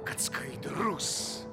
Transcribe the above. kad skaidrus